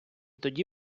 тоді